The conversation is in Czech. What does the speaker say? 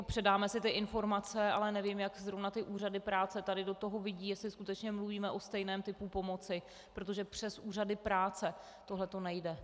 Předáme si ty informace, ale nevím, jak zrovna úřady práce tady do toho vidí, jestli skutečně mluvíme o stejném typu pomoci, protože přes úřady práce tohleto nejde.